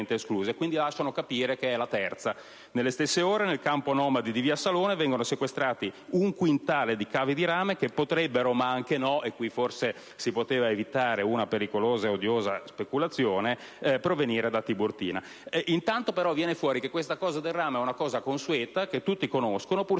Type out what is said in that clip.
escluse, quindi si lascia intendere che è la terza. Nelle stesse ore, nel campo nomadi di via Salone vengono sequestrati un quintale di cavi di rame che potrebbero, ma anche no (e qui forse si poteva evitare una pericolosa e odiosa speculazione), provenire da Tiburtina. Intanto, però, viene fuori che il furto del rame è una cosa consueta, che tutti conoscono, pur